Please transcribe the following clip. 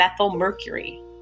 methylmercury